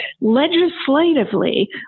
legislatively